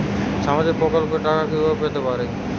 সামাজিক প্রকল্পের টাকা কিভাবে পেতে পারি?